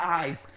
eyes